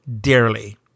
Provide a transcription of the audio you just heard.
dearly